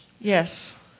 Yes